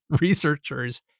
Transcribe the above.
researchers